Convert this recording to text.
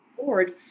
board